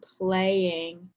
playing